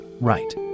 right